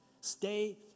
Stay